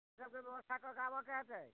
एत्ते व्यवस्था कऽके आबऽके होयतै